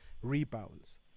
rebounds